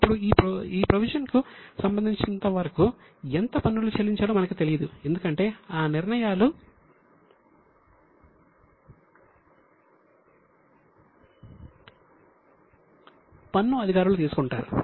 ఇప్పుడు ఈ ప్రొవిజన్ కు సంబంధించినంతవరకు ఎంత పన్నులు చెల్లించాలో మనకు తెలియదు ఎందుకంటే ఆ నిర్ణయాలు పన్ను అధికారులు తీసుకుంటారు